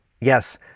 Yes